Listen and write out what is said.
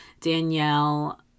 Danielle